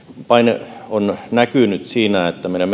paine on näkynyt siinä että meidän